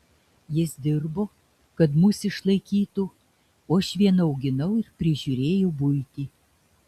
jis dirbo kad mus išlaikytų o aš viena auginau ir prižiūrėjau buitį